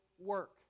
work